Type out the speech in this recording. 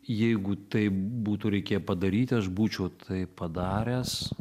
jeigu tai būtų reikėję padaryti aš būčiau tai padaręs